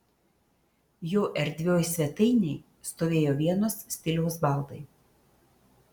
jo erdvioj svetainėj stovėjo vienos stiliaus baldai